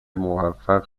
موفق